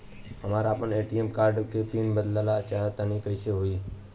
हम आपन ATM card के पीन बदलल चाहऽ तनि कइसे होई?